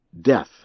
death